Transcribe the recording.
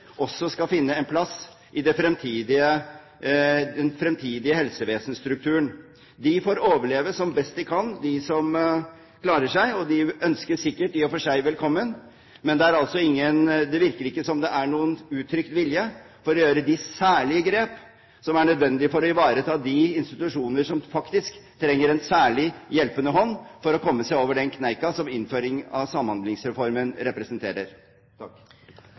også skal finne en plass i den fremtidige helsevesenstrukturen. De får overleve som best de kan, de som klarer seg, og de ønskes sikkert i og for seg velkommen, men det virker ikke som det er noen uttrykt vilje til å gjøre de særlige grep som er nødvendige for å ivareta de institusjoner som faktisk trenger en særlig hjelpende hånd for å komme seg over den kneika som innføring av Samhandlingsreformen representerer.